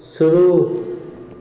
शुरू